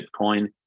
Bitcoin